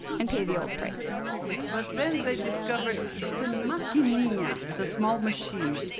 and pay the old price but then they discovered the machinina, yeah the small machine.